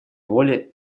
воли